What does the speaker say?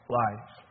life